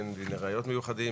אין דיני ראיות מיוחדים,